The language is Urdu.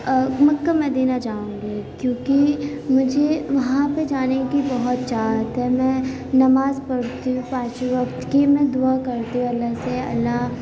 مکہ مدینہ جاؤں گی کیونکہ مجھے وہاں پہ جانے کی بہت چاہت ہے میں نماز پڑھتی ہوں پانچ وقت کی میں دعا کرتی ہوں اللہ سے اللہ